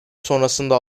sonrasında